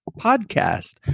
podcast